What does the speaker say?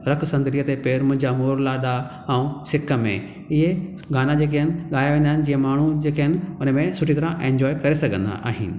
रख संदलीअ ते पैरु मुंहिंजा मोर लाॾा ऐं सिक में इहे गाना जेके आहिनि ॻाया वेंदा आहिनि जीअं माण्हू जेके आहिनि उन में सुठी तरह एन्जॉय करे सघंदा आहिनि